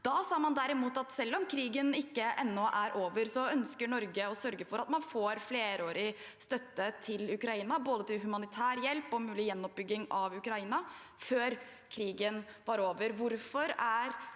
Da sa man derimot at selv om krigen ennå ikke er over, ønsker Norge å sørge for at man får flerårig støtte til Ukraina, både til humanitær hjelp og ved gjenoppbygging av Ukraina. Hvorfor er